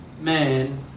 man